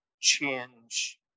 change